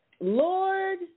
Lord